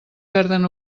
perden